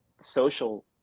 social